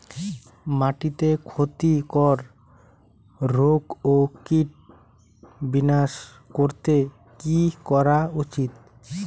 মাটিতে ক্ষতি কর রোগ ও কীট বিনাশ করতে কি করা উচিৎ?